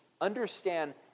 understand